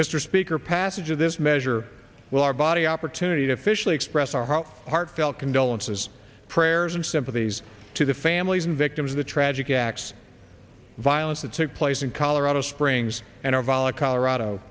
mr speaker passage of this measure will our body opportunity to officially express our heartfelt condolences prayers and sympathies to the families and victims of the tragic acts of violence that took place in colorado springs and our vala colorado